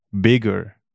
bigger